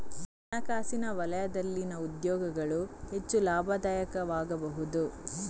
ಹಣಕಾಸಿನ ವಲಯದಲ್ಲಿನ ಉದ್ಯೋಗಗಳು ಹೆಚ್ಚು ಲಾಭದಾಯಕವಾಗಬಹುದು